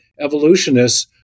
evolutionists